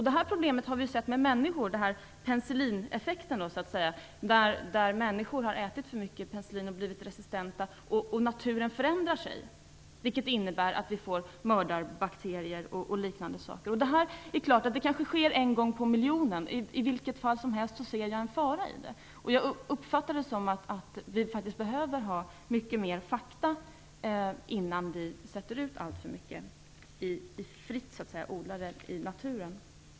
Det här problemet har vi sett när det gäller människor - människor har tagit för mycket penicillin och blivit resistenta, och naturen har förändrat sig, vilket inneburit att vi har fått mördarbakterier och liknande saker. Det kanske bara sker en gång på miljonen, men i vilket fall som helst ser jag en fara i det. Jag uppfattar det så att vi faktiskt behöver ha mycket mer fakta innan vi sätter ut något och börjar odla det fritt i naturen.